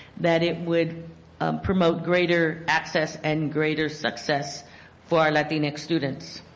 that it would promote greater access and greater success for our latinx students.